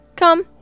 come